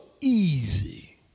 easy